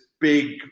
Big